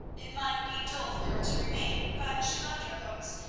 it might be dull for her to remain, but she loved her books,